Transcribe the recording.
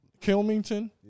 Kilmington